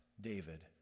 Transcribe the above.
David